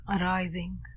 arriving